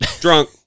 drunk